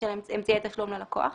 אמצעי התשלום ללקוח.